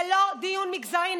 זה לא דיון מגזרי.